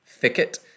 thicket